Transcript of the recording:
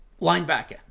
linebacker